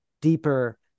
deeper